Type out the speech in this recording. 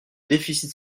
déficit